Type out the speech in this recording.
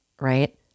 right